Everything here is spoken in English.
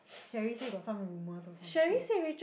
Shary say got some rumours or some tame